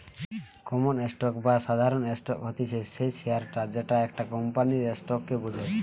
common stock বা সাধারণ stock হতিছে সেই শেয়ারটা যেটা একটা কোম্পানির স্টক কে বোঝায়